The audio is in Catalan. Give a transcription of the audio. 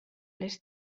les